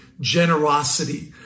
generosity